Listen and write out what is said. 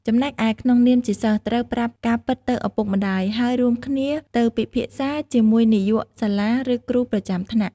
ចំណែកឯ ក្នុងនាមជាសិស្ស ត្រូវប្រាប់ការពិតទៅឪពុកម្តាយ ហើយរួមគ្នាទៅ ពិភាក្សាជាមួយនាយកសាលា ឬគ្រូប្រចាំថ្នាក់។